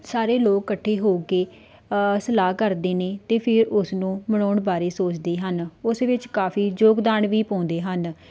ਸਾਰੇ ਲੋਕ ਇਕੱਠੇ ਹੋ ਕੇ ਸਲਾਹ ਕਰਦੇ ਨੇ ਅਤੇ ਫਿਰ ਉਸਨੂੰ ਮਨਾਉਣ ਬਾਰੇ ਸੋਚਦੇ ਹਨ ਉਸ ਵਿੱਚ ਕਾਫੀ ਯੋਗਦਾਨ ਵੀ ਪਾਉਂਦੇ ਹਨ